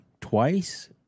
twice